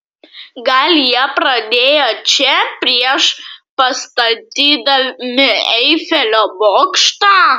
gal jie pradėjo čia prieš pastatydami eifelio bokštą